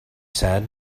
said